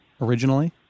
originally